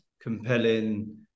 compelling